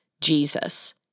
Jesus